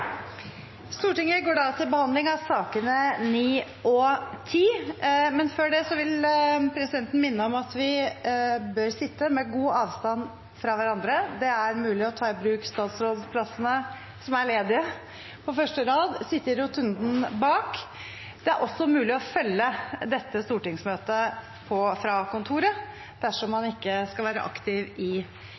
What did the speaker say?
Stortinget går da til behandling av sakene nr. 9 og 10. Før det vil presidenten minne om at vi bør sitte med god avstand til hverandre. Det er mulig å ta i bruk statsrådsplassene som er ledige på første rad, og sitte i rotunden bak. Det er også mulig å følge dette stortingsmøtet fra kontoret dersom man ikke skal være aktiv i